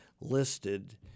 listed